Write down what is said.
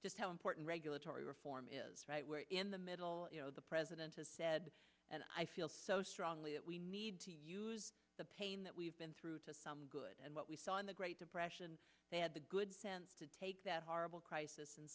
just how important regulatory reform is in the middle the president has said and i feel so strongly that we need to use the pain that we've been through to some good and what we saw in the great depression they had the good sense to take that horrible crisis and